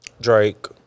Drake